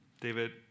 David